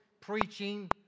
preaching